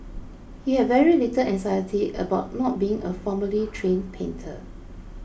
he had very little anxiety about not being a formally trained painter